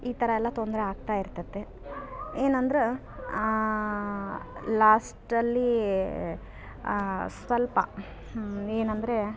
ಈ ಥರ ಎಲ್ಲ ತೊಂದರೆ ಆಗ್ತಾ ಇರ್ತತ್ತೆ ಏನಂದ್ರೆ ಲಾಸ್ಟಲ್ಲಿ ಸ್ವಲ್ಪ ಏನಂದರೆ